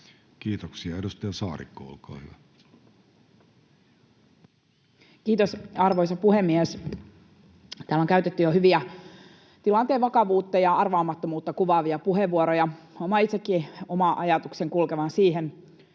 Kiitoksia. — Edustaja Saarikko, olkaa hyvä. Kiitos, arvoisa puhemies! Täällä on käytetty jo hyviä, tilanteen vakavuutta ja arvaamattomuutta kuvaavia puheenvuoroja. Huomaan itsekin oma ajatukseni kulkevan siihen,